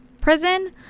prison